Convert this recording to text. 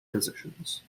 physicians